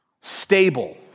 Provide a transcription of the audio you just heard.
stable